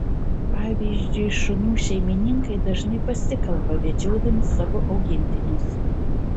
pavyzdžiui šunų šeimininkai dažnai pasikalba vedžiodami savo augintinius